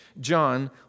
John